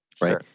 right